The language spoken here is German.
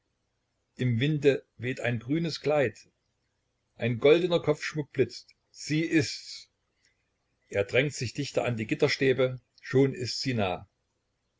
im winde weht ein grünes kleid ein goldener kopfschmuck blitzt sie ist's er drängt sich dichter an die gitterstäbe schon ist sie nah